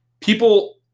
People